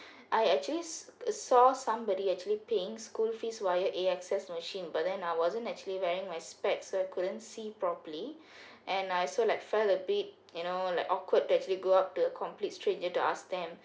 I actually s¬ saw somebody actually paying school fees via A_X_S machine but then I wasn't actually wearing my specs so I couldn't see properly and I also like felt a bit you know like awkward to actually go out to a complete stranger to ask them